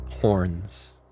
horns